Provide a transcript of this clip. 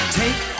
take